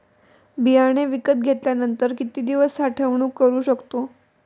बियाणे विकत घेतल्यानंतर किती दिवस साठवणूक करू शकतो?